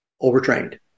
overtrained